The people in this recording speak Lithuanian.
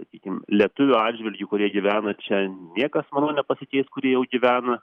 sakykim lietuvių atžvilgiu kurie gyvena čia niekas manau nepasikeis kurie jau gyvena